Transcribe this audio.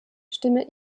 stimme